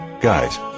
Guys